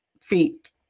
feet